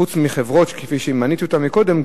חוץ מחברות כפי שמניתי אותן קודם,